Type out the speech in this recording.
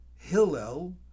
hillel